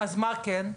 אז מה כן?